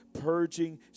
purging